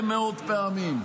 לכם הרבה מאוד פעמים: